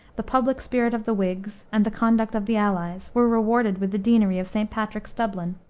the public spirit of the whigs and the conduct of the allies, were rewarded with the deanery of st. patrick's, dublin.